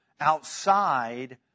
outside